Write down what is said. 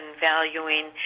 valuing